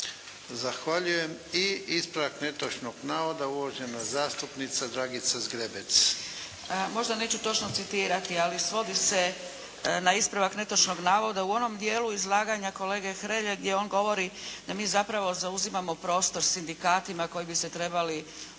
Zahvaljujem. I ispravak netočnog navoda uvažena zastupnica Dragica Zgrebec. **Zgrebec, Dragica (SDP)** Možda neću točno citirati ali svodi se na ispravak netočnog navoda u onom dijelu izlaganja kolege Hrelje gdje on govori da mi zapravo zauzimamo prostor sindikatima koji bi se trebali u vrijeme